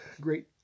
great